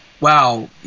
wow